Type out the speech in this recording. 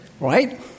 Right